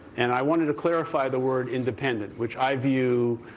and i wanted to clarify the word independent, which i view